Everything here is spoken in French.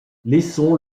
laissons